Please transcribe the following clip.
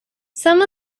some